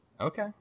Okay